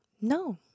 No